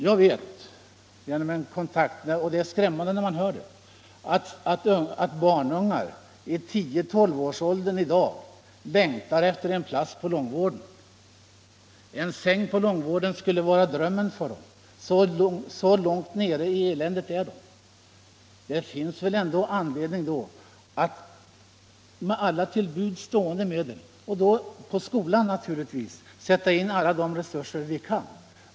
Jag vet genom en kontakt att — det är skrämmande när man hör det — barnungar i 10-12-årsåldern i dag längtar efter en plats på långvården. En säng på långvården skulle vara drömmen för dem. Så långt nere i eländet är de. Det finns ändå anledning att då sätta in alla till buds stående medel —- bl.a. i skolan.